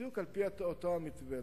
בדיוק על-פי אותו מתווה.